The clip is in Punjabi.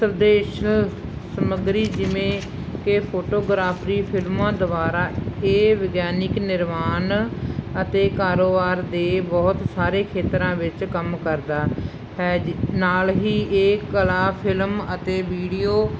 ਸਮੱਗਰੀ ਜਿਵੇਂ ਕਿ ਫੋਟੋਗ੍ਰਾਫਰੀ ਫ਼ਿਲਮਾਂ ਦੁਆਰਾ ਇਹ ਵਿਗਿਆਨਿਕ ਨਿਰਵਾਨ ਅਤੇ ਕਾਰੋਬਾਰ ਦੇ ਬਹੁਤ ਸਾਰੇ ਖੇਤਰਾਂ ਵਿੱਚ ਕੰਮ ਕਰਦਾ ਹੈ ਨਾਲ ਹੀ ਇਹ ਕਲਾ ਫਿਲਮ ਅਤੇ ਵੀਡੀਓ